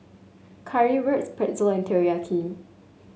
Currywurst Pretzel and Teriyaki